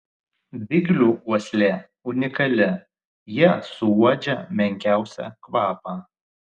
biglių uoslė unikali jie suuodžia menkiausią kvapą